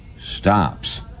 stops